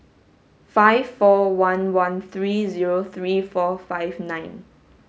five four one one three zero three four five nine